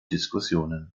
diskussionen